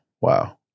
Wow